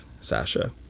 Sasha